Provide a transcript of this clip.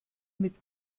mit